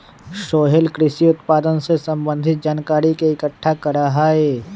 सोहेल कृषि उत्पादन से संबंधित जानकारी के इकट्ठा करा हई